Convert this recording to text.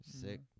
sick